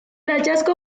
hallazgo